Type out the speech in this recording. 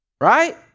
Right